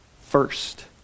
first